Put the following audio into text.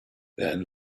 then